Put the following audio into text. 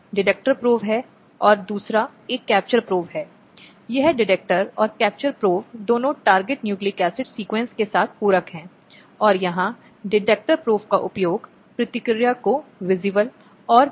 और कभी कभी यह क्रूर रूप भी लेता है जिसे दहेज मृत्यु के रूप में संदर्भित किया जाता है एक अपराध के रूप में जो भारत के लिए अजीब है